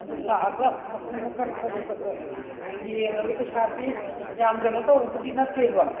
ꯑꯗꯨ ꯂꯥꯛꯑꯒ ꯃꯈꯟ ꯃꯈꯟ ꯈꯔꯒ ꯈꯔꯒ ꯌꯦꯡꯉꯒꯦ ꯄꯩꯁꯥꯗꯤ ꯌꯥꯝ ꯀꯩꯅꯣ ꯇꯧꯕꯕꯨꯗꯤ ꯅꯠꯇꯦꯕ